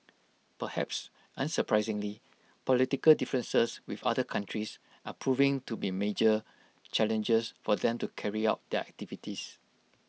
perhaps unsurprisingly political differences with other countries are proving to be major challengers for them to carry out their activities